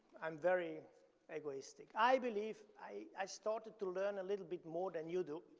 i'm very egoistic. i believe i started to learn a little bit more than you do,